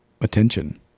attention